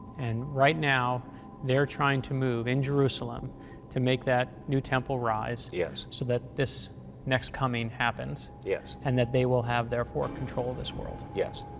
and right now they're trying to move in jerusalem to make that new temple rise so that this next coming happens. yes. and that they will have, therefore, control of this world. yes.